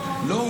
לא,